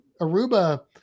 Aruba